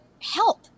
help